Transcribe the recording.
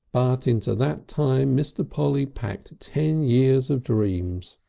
but into that time mr. polly packed ten years of dreams.